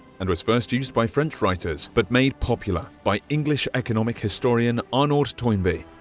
and was first used by french writers, but made popular by english economic historian arnold toynbee.